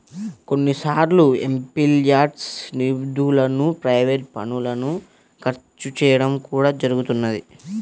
కొన్నిసార్లు ఎంపీల్యాడ్స్ నిధులను ప్రైవేట్ పనులకు ఖర్చు చేయడం కూడా జరుగుతున్నది